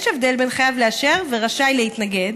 יש הבדל בין "חייב לאשר" ל"רשאי להתנגד".